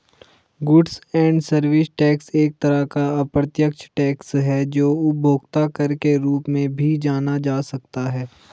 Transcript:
goods and service tax एक तरह का अप्रत्यक्ष टैक्स है जो उपभोक्ता कर के रूप में भी जाना जा सकता है